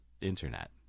internet